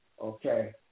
Okay